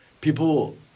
people